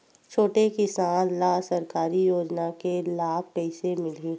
छोटे किसान ला सरकारी योजना के लाभ कइसे मिलही?